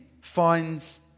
finds